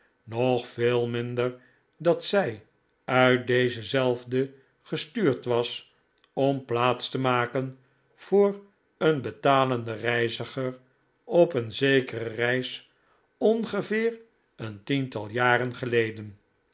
nog veel minder dat zij uit deze zelfde gestuurd was om plaats te maken voor een betalenden reiziger op een zekere reis ongeveer een tiental jaren geleden